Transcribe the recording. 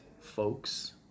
folks